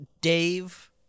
Dave